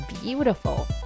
beautiful